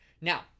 Now